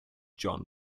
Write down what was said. john